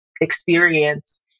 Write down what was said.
experience